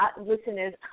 listeners